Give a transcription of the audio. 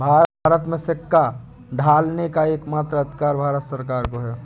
भारत में सिक्का ढालने का एकमात्र अधिकार भारत सरकार को है